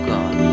God